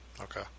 Okay